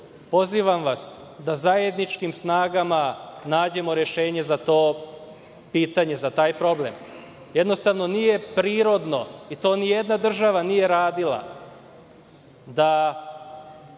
pozivam vas da zajedničkim snagama nađemo rešenje za to pitanje, za taj problem. Jednostavno, nije prirodno i to nijedna država nije radila, da,